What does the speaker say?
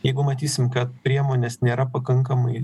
jeigu matysim kad priemonės nėra pakankamai